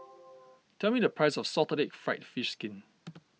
tell me the price of Salted Egg Fried Fish Skin